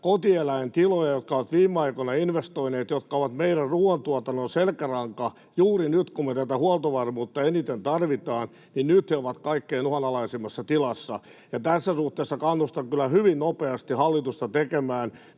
kotieläintilat, jotka ovat viime aikoina investoineet, jotka ovat meidän ruuantuotannon selkäranka juuri nyt, kun me tätä huoltovarmuutta eniten tarvitsemme, olla kaikkein uhanalaisimmassa tilassa. Ja tässä suhteessa kannustan kyllä hyvin nopeasti hallitusta tekemään